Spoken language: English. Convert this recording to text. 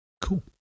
Cool